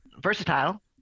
Versatile